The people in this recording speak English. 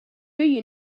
you